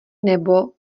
nebo